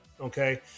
Okay